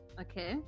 okay